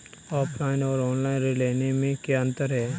Offline और online ऋण लेने में क्या अंतर है?